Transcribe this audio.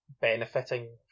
benefiting